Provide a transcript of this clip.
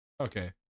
Okay